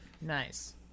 Nice